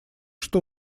что